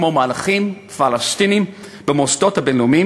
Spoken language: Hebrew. כמו מהלכים פלסטיניים במוסדות הבין-לאומיים,